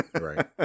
Right